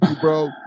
bro